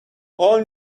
all